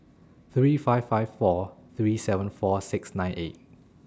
three five five four three seven four six nine eight